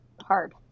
hard